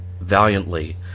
valiantly